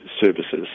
services